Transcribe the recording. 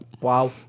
Wow